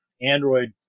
Android